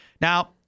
Now